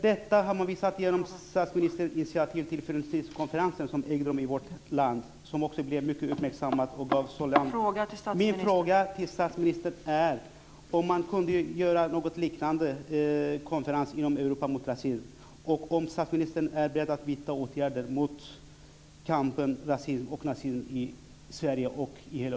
Detta har man visat genom statsministerns initiativ till Förintelsekonferensen, som ägde rum i vårt land och som blev mycket uppmärksammad. Min fråga till statsministern är om man kunde göra någon liknande konferens inom Europa mot rasism och om statsministern är beredd att vidta åtgärder i kampen mot rasism och nazism i Sverige och i hela